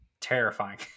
terrifying